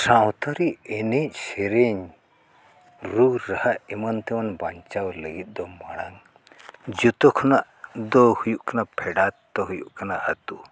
ᱥᱟᱶᱛᱟᱨᱮ ᱮᱱᱮᱡᱼᱥᱮᱨᱮᱧ ᱨᱩᱼᱨᱟᱦᱟ ᱮᱢᱟᱱᱼᱛᱮᱢᱚᱱ ᱵᱟᱧᱪᱟᱣ ᱞᱟᱹᱜᱤᱫ ᱫᱚ ᱢᱟᱲᱟᱝ ᱡᱚᱛᱚ ᱠᱷᱚᱱᱟᱜ ᱫᱚ ᱦᱩᱭᱩᱜ ᱠᱟᱱᱟ ᱯᱷᱮᱰᱟᱛ ᱫᱚ ᱦᱩᱭᱩᱜ ᱠᱟᱱᱟ ᱟᱛᱳ